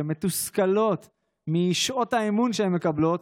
שמתוסכלות משעות האימון שהן מקבלות,